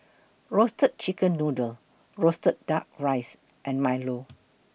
Roasted Chicken Noodle Roasted Duck Rice and Milo